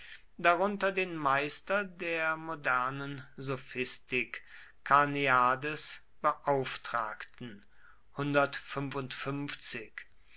darunter den meister der modernen sophistik karneades beauftragten